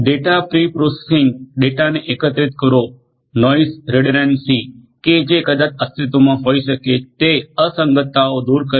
data preprocessing ડેટાને એકત્રિત કરવો નોઈસ રીડન્ડન્સી કે જે કદાચ અસ્તિત્વમાં હોઈ શકે છે તે અસંગતતાઓ દૂર કરવી